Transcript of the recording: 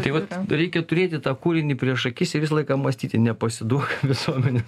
tai vat reikia turėti tą kūrinį prieš akis ir visą laiką mąstyti nepasiduok visuomenės